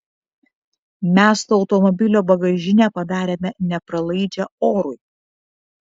mes to automobilio bagažinę padarėme nepralaidžią orui